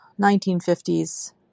1950s